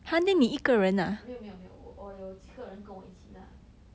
没有没有没有我有几个人跟我一起 lah